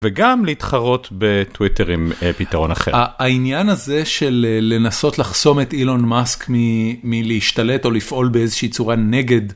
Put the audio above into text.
וגם להתחרות בטוויטר עם פתרון אחר. העניין הזה של לנסות לחסום את אילון מאסק מלהשתלט או לפעול באיזושהי צורה נגד,